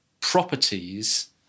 properties